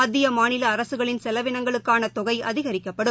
மத்திய மாநில அரசுகளின் செலவினங்களுக்கான தொகை அதிகரிக்கப்படும்